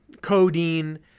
codeine